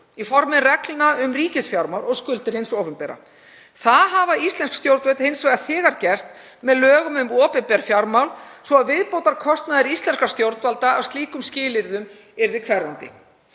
í formi reglna um ríkisfjármál og skuldir hins opinbera. Það hafa íslensk stjórnvöld hins vegar þegar gert með lögum um opinber fjármál svo að viðbótarkostnaður íslenskra stjórnvalda af slíkum skilyrðum yrði hverfandi.